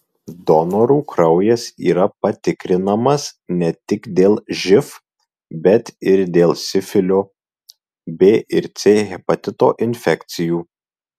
donorų kraujas yra patikrinamas ne tik dėl živ bet ir dėl sifilio b ir c hepatito infekcijų